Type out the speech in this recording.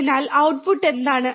അതിനാൽ ഔട്ട്പുട്ട് എന്താണ്